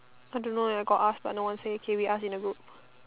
I don't know eh I got ask but no one say okay we ask in the group